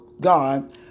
God